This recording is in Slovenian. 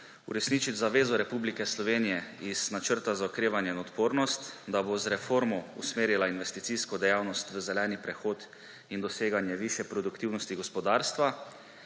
uresničiti zavezo Republike Slovenije iz Načrta za okrevanje in odpornost, da bo z reformo usmerila investicijsko dejavnost v zeleni prehod in doseganje višje produktivnosti gospodarstva,